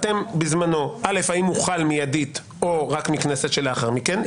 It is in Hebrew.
בזמנו האם הוא חל מידית או רק מהכנסת שלאחר מכן?